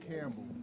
Campbell